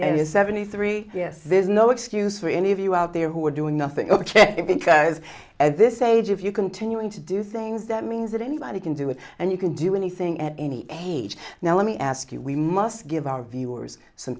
and it's seventy three yes there's no excuse for any of you out there who are doing nothing ok because at this age of you continuing to do things that means that anybody can do it and you can do anything at any age now let me ask you we must give our viewers some